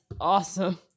awesome